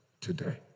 today